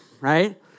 Right